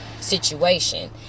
situation